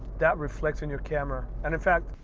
that reflects in your camera. and in fact,